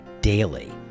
daily